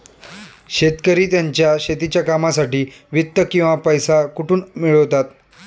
शेतकरी त्यांच्या शेतीच्या कामांसाठी वित्त किंवा पैसा कुठून मिळवतात?